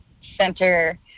center